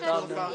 הזמנים.